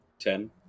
ten